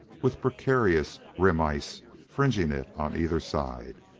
with precarious rim-ice fringing it on either side.